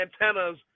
antennas